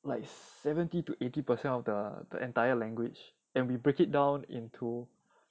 like seventy to eighty percent of the the entire language and we break it down into